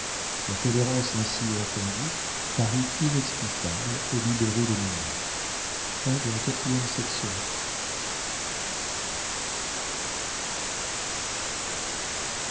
la tolérance ainsi entendue parut inexplicable aux libéraux de nemours